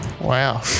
wow